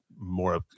more